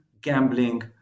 gambling